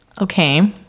Okay